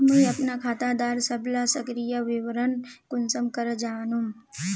मुई अपना खाता डार सबला सक्रिय विवरण कुंसम करे जानुम?